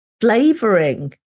flavoring